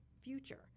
future